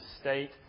state